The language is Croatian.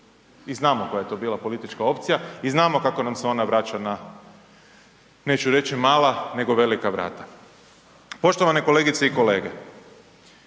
i znamo koja je to bila politička opcija i znamo kako nam se ona vraća na, neću reći mala nego velika vrata. Poštovane kolegice i kolege,